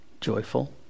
joyful